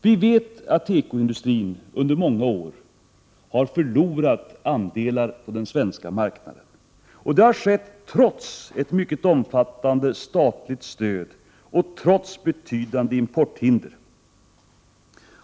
Vi vet att den svenska tekoindustrin under många år har förlorat andelar på den svenska marknaden. Det har skett trots ett mycket omfattande statligt stöd och trots betydande importhinder.